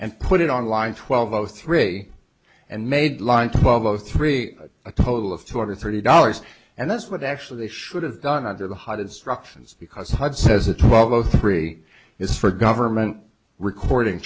and put it online twelve o three and made line twelve o three a total of two hundred thirty dollars and that's what actually they should have done under the hottest rock because god says the twelve o three is for government recording